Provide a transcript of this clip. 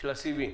של הסיבים,